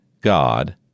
God